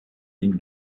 энд